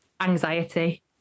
anxiety